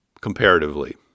comparatively